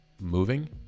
moving